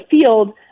field